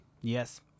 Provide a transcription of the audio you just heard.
Yes